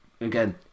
again